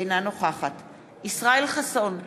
אינה נוכחת ישראל חסון,